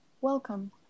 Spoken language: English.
Welcome